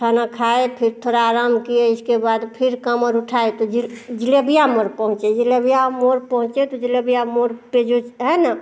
खाना खाए फिर थोड़ा आराम किए इसके बाद फिर काँवर उठाए तो जि जिलेबिया मोड़ पहुँचे जिलेबिया मोड़ पहुँचे तो जिलेबिया मोड़ पर जो ज है न